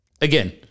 again